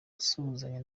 asuhuzanya